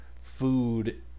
food